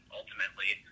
ultimately